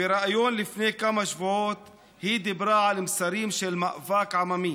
ובריאיון לפני כמה שבועות היא דיברה על מסרים של מאבק עממי.